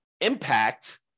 impact